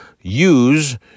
use